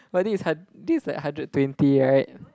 but this is hun~ this is like hundred twenty right